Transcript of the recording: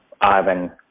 Ivan